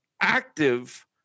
active